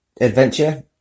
Adventure